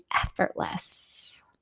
effortless